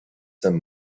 some